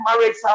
Marriage